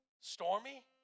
stormy